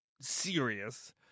serious